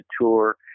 tour